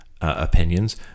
opinions